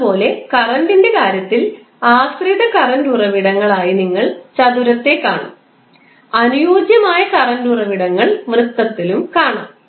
അതുപോലെ കറൻറിൻറെ കാര്യത്തിൽ ആശ്രിത കറൻറ് ഉറവിടങ്ങൾ ആയി നിങ്ങൾ ചതുരത്തെ കാണും അനുയോജ്യമായ കറൻറ് ഉറവിടങ്ങൾ വൃത്തത്തിലും കാണാം